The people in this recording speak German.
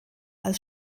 als